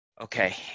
okay